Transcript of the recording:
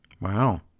Wow